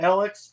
Alex